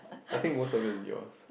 I think most of it is yours